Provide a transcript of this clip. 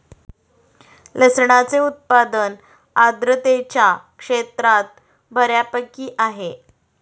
लसणाचे उत्पादन आर्द्रतेच्या क्षेत्रात बऱ्यापैकी आहे